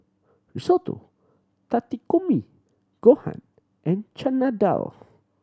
Risotto Takikomi Gohan and Chana Dal